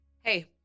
hey